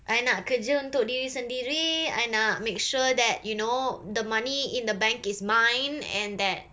I nak kerja untuk diri sendiri I nak make sure that you know the money in the bank is mine and that